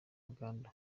uganda